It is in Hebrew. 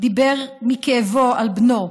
דיבר מכאבו על בנו,